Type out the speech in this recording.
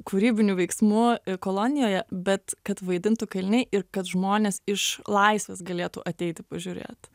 kūrybinių veiksmų kolonijoje bet kad vaidintų kaliniai ir kad žmonės iš laisvės galėtų ateiti pažiūrėt